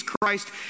Christ